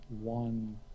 one